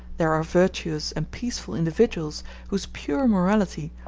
there are virtuous and peaceful individuals whose pure morality,